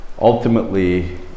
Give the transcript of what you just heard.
ultimately